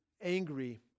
angry